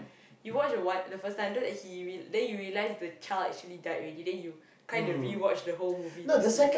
you watch the one the first time then after that he then you realise the child actually died already then you kind of rewatch the whole movie to see